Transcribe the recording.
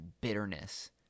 bitterness